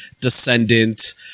descendant